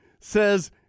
says